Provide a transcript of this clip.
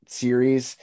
series